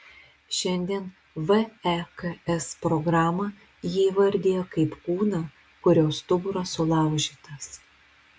šiandien veks programą ji įvardija kaip kūną kurio stuburas sulaužytas